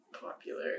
popular